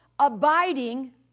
abiding